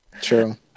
True